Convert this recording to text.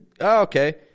okay